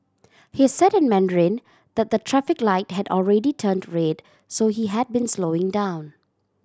he said in Mandarin the the traffic light had already turn to red so he had been slowing down